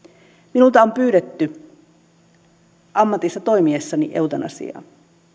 minulta on pyydetty ammatissa toimiessani eutanasiaa